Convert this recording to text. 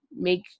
make